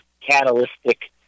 catalytic